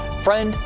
friend,